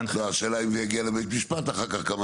השאלה אם זה יגיע לבית משפט אחר כך כמה